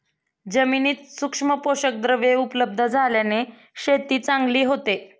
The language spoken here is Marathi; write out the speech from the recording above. जमिनीत सूक्ष्म पोषकद्रव्ये उपलब्ध झाल्याने शेती चांगली होते